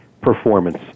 performance